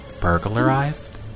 burglarized